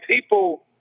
people